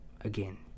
Again